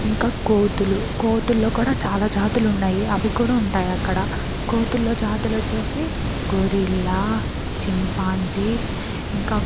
ఇంకా కోతులు కోతుల్లో కూడా చాలా జాతులు ఉన్నాయి అవి కూడా ఉంటాయి అక్కడ కోతుల్లో జాతులోచ్చేసి గొరిలా చింపాంజీ ఇంకా